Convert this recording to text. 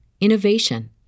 innovation